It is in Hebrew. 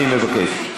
אני מבקש,